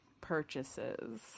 purchases